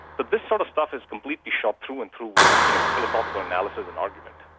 but this sort of stuff is completely shot through and through with you know with philosophical analysis and argument.